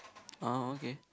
orh okay